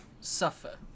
suffer